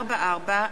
שיעור ריבית פיגורים),